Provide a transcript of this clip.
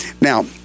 Now